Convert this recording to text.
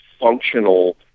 functional